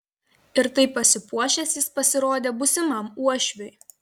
ir taip pasipuošęs jis pasirodė būsimam uošviui